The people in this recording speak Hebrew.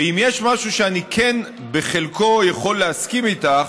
ואם יש משהו שבו אני כן, בחלקו, יכול להסכים איתך,